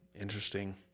Interesting